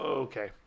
Okay